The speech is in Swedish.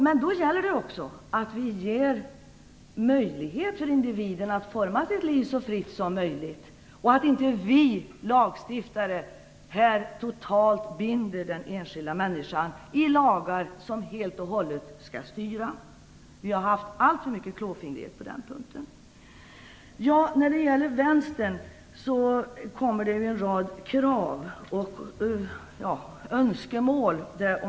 Men då gäller det också att vi ger möjlighet för individen att forma sitt liv så fritt som möjligt och att inte vi lagstiftare totalt binder de enskilda människorna genom lagar som helt och hållet styr deras liv. Vi har på den punkten haft alltför mycket klåfingrighet. Vänstern har en rad krav och önskemål.